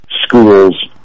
schools